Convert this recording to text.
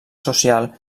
social